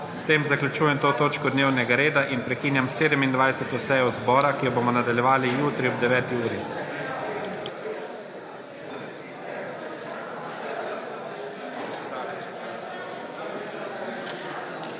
S tem zaključujem to točko dnevnega reda in prekinjam 27. sejo zbora, ki jo bomo nadaljevali jutri ob 9. uri.